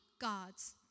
God's